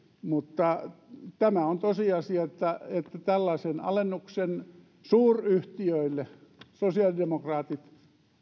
mutta on tosiasia että tällaisen alennuksen suuryhtiöille sosiaalidemokraatit